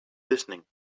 listening